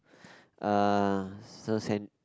uh